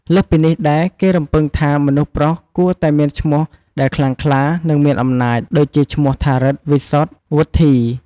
លើសពីនេះដែរ គេរំពឹងថាមនុស្សប្រុសគួរតែមានឈ្មោះដែលខ្លាំងខ្លា និងមានអំណាច ដូចជាឈ្មោះថា រិទ្ធ វិសុទ្ធ វុទ្ធី។